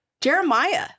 Jeremiah